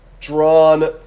drawn